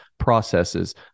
Processes